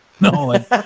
no